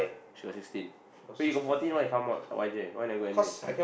she got sixteen wait you got fourteen right If I not wrong why never go N_U_S